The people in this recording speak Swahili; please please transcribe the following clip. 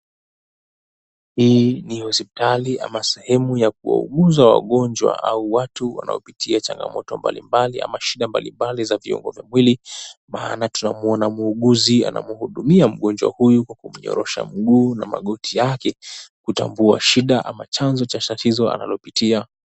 Hii ni hospitali ama sehemu ya kuwauguza wagonjwa au watu wanaopitia changamoto mbalimbali ama shida mbalimbali za viungo za mwili. Maana tunamwona muhuguzi anamuhudumia mgonjwa huyu kwa kumngorosha mguu na magoti yake kutambua shida ama chanzo cha tatizo analopitia.